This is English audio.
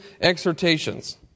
exhortations